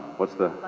what's the?